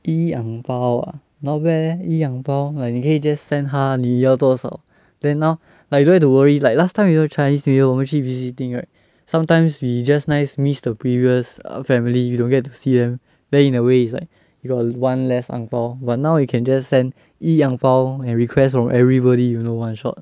E ang pao ah not bad eh E ang pao like 你可以 just send 他你要多少 then now like you don't have to worry like last time you know chinese new year 我们去 visiting right sometimes we just nice missed the err previous family you don't get to see them then in a way it's like you got one less ang pao but now you can just send E ang pao and request from everybody you know one shot